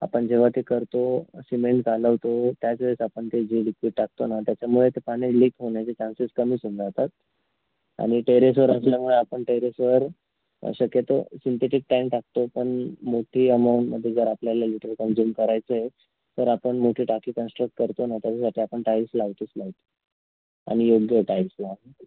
आपण जेव्हा ते करतो सिमेंट चालवतो त्याचवेळेस आपण ते जे लिक्विड टाकतो ना त्याच्यामुळे ते पाणी लिक होण्याचे चान्सेस कमीच होऊन जातात आणि टेरेसवर असल्यामुळे आपण टेरेसवर शक्यतो सिंथेटिक टँक टाकतो पण मोठी अमाऊंटमध्ये जर आपल्याला लिटर कन्झूम करायचं आहे तर आपण मोठी टाकी कन्स्ट्रक्ट करतो ना त्याच्यासाठी आपण टाईल्स लावतोच लावतो आणि योग्य आहे टाईल्स लावणे